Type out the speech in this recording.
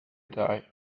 die